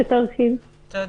תודה.